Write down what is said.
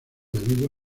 debido